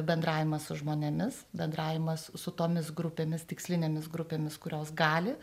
bendravimas su žmonėmis bendravimas su tomis grupėmis tikslinėmis grupėmis kurios gali